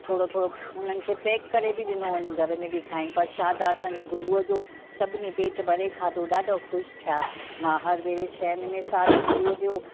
थोरो थोरो उन्हनि खे पैक करे बि ॾिनो वञी घर में बि खाइनि प्रसाद आहे असांजे गुरूअ जो सभिनी पेट भरे खाधो ॾाढो ख़ुशि थी विया मां हर भेरे छहें महीने साल गुरूअ जो